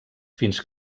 fins